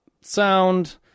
sound